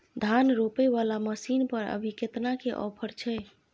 धान रोपय वाला मसीन पर अभी केतना के ऑफर छै?